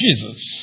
Jesus